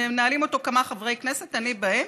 מנהלים אותו כמה חברי כנסת, אני בהם,